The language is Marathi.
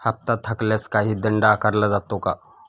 हप्ता थकल्यास काही दंड आकारला जातो का?